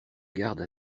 garde